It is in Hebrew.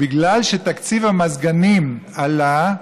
בגלל שתקציב המזגנים עלה,